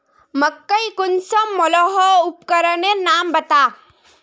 मकई कुंसम मलोहो उपकरनेर नाम बता?